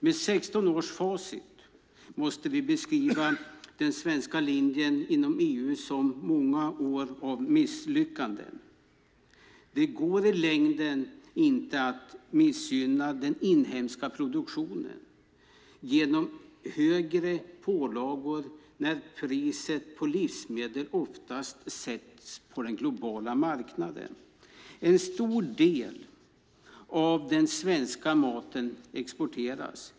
Med 16 års facit måste vi beskriva den svenska linjen inom EU som misslyckad. Det går i längden inte att missgynna den inhemska produktionen genom högre pålagor när priset på livsmedel ofta sätts på den globala marknaden. En stor del av den svenska maten exporteras.